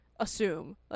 Assume